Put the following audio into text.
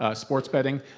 ah sports betting,